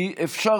אי-אפשר